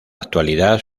actualidad